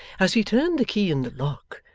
as he turned the key in the lock,